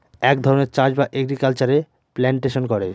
এক ধরনের চাষ বা এগ্রিকালচারে প্লান্টেশন করে